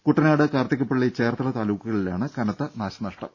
കുട്ടനാട് കാർത്തികപ്പള്ളി ചേർത്തല താലൂക്കുകളിലാണ് കനത്ത നാശനഷ്ടം